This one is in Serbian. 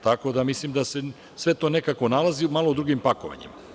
Tako da mislim da se sve to nekako nalazi samo malo u drugim pakovanjima.